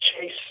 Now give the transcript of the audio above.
chase